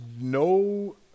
no